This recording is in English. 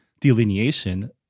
delineation